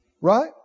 Right